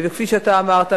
כפי שאתה אמרת,